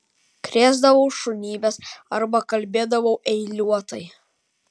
krėsdavau šunybes arba kalbėdavau eiliuotai